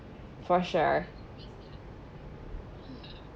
for sure